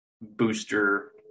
booster